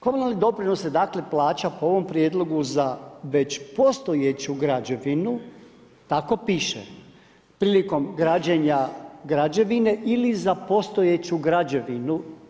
Komunalni doprinos dakle se plaća po ovom prijedlogu za već postojeću građevinu, tako piše, prilikom građenja građevine ili za postojeću građevinu.